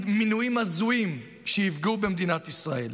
מינויים הזויים שיפגעו במדינת ישראל.